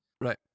right